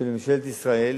של ממשלת ישראל,